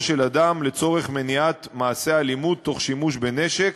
של אדם לצורך מניעת מעשה אלימות תוך שימוש בנשק,